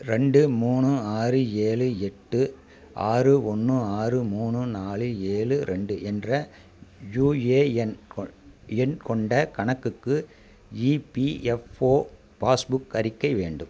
ரெண்டு மூணு ஆறு ஏழு எட்டு ஆறு ஒன்று ஆறு மூணு நாலு ஏழு ரெண்டு என்ற யுஏஎன் கொண் எண் கொண்ட கணக்குக்கு இபிஎஃப்ஓ பாஸ்புக் அறிக்கை வேண்டும்